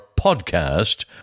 podcast